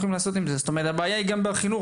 הבעיה היא גם בחינוך,